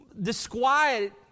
disquiet